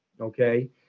okay